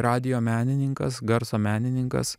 radijo menininkas garso menininkas